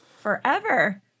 forever